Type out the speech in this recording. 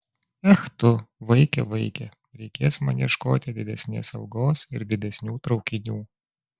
ech tu vaike vaike reikės man ieškoti didesnės algos ir didesnių traukinių